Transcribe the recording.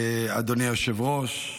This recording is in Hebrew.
אדוני היושב-ראש,